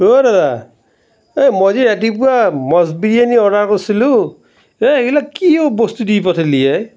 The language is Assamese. অ' দাদা এই মই যে ৰাতিপুৱা মষ্ট বিৰিয়ানী অৰ্ডাৰ কৰিছিলোঁ এই এইগিলা কি বস্তু দি পঠিয়ালি এই